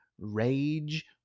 rage